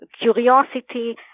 curiosity